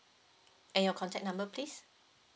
and your contact number please